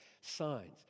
signs